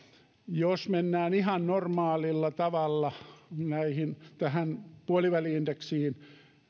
jos mennään ihan normaalilla tavalla tähän puoliväli indeksiin